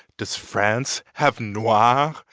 does france have noir?